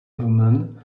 woman